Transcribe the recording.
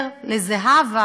ועוזר לזהבה,